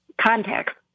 context